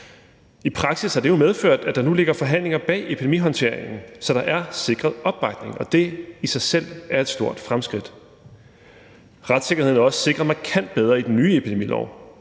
I praksis har det jo medført, at der nu ligger forhandlinger bag epidemihåndteringen, så der er sikret opbakning. Og det er i sig selv et stort fremskridt. Retssikkerheden er også sikret markant bedre i den nye epidemilov: